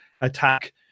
attack